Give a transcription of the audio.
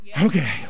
Okay